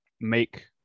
make